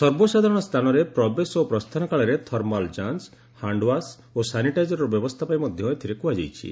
ସର୍ବସାଧାରଣ ସ୍ଥାନରେ ପ୍ରବେଶ ଓ ପ୍ରସ୍ଥାନ କାଳରେ ଥର୍ମାଲ୍ ଯାଞ୍ଚ ହ୍ୟାଣ୍ଡ୍ୱାସ୍ ଓ ସାନିଟାଇଜର୍ର ବ୍ୟବସ୍ଥା ପାଇଁ ମଧ୍ୟ ଏଥିରେ କୁହାଯାଇଛି